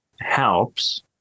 helps